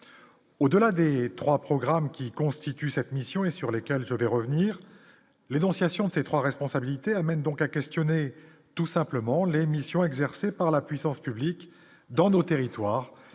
Au-delà des 3 programmes qui constituent cette mission et sur lesquelles je vais revenir l'énonciation de ces trois responsabilité amène donc à questionner tout simplement l'les émission exercées par la puissance publique dans nos territoires